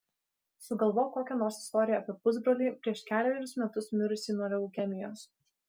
sugalvok kokią nors istoriją apie pusbrolį prieš kelerius metus mirusį nuo leukemijos